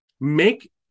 make